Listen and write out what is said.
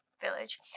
village